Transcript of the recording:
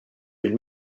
been